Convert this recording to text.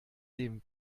dem